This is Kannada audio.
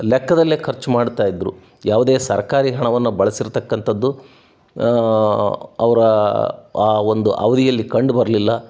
ಲೆಕ್ಕದಲ್ಲೇ ಖರ್ಚು ಮಾಡ್ತಾಯಿದ್ರು ಯಾವುದೇ ಸರ್ಕಾರಿ ಹಣವನ್ನು ಬಳಸಿರ್ತಕ್ಕಂಥದ್ದು ಅವರ ಆ ಒಂದು ಅವಧಿಯಲ್ಲಿ ಕಂಡು ಬರಲಿಲ್ಲ